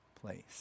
place